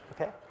Okay